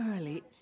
early